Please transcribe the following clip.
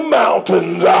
mountains